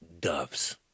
doves